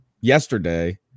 yesterday